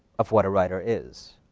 of what a writer is.